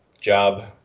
job